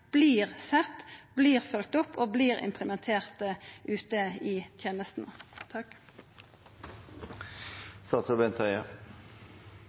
sett, vert følgt opp, og vert implementerte ute i